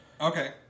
Okay